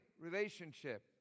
relationship